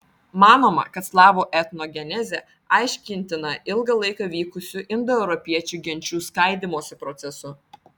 manoma kad slavų etnogenezė aiškintina ilgą laiką vykusiu indoeuropiečių genčių skaidymosi procesu